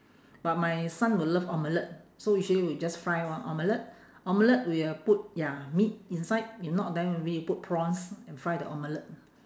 but my son would love omelette so usually we just fry one omelette omelette we will put ya meat inside if not then we put prawns and fry the omelette